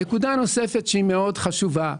נקודה נוספת שהיא מאוד חשובה.